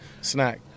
snack